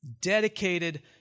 Dedicated